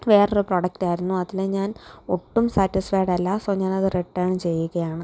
വേറെ ഒരു പ്രൊഡക്റ്റ് ആയിരുന്നു അതിൽ ഞാൻ ഒട്ടും സാറ്റിസ്ഫൈഡ് അല്ല സോ ഞാൻ അത് റിട്ടേൺ ചെയ്യുകയാണ്